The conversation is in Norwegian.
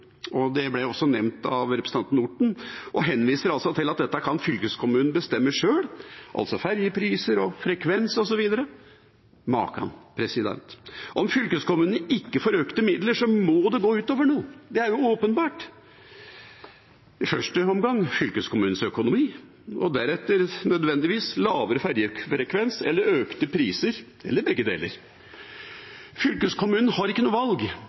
og det ble også nevnt av representanten Orten. Man henviser altså til at dette kan fylkeskommunene bestemme sjøl, altså ferjepriser, frekvens osv. – makan! Om fylkeskommunene ikke får økte midler, må det gå ut over noe. Det er åpenbart. I første omgang er det fylkeskommunenes økonomi, deretter blir det nødvendigvis lavere ferjefrekvens eller økte priser – eller begge deler. Fylkeskommunene har ikke noe valg.